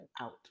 out